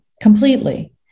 Completely